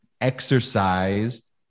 exercised